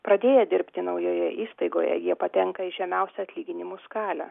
pradėję dirbti naujoje įstaigoje jie patenka į žemiausią atlyginimų skalę